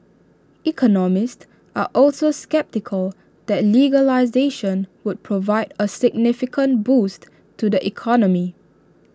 economists are also sceptical that legislation would provide A significant boost to the economy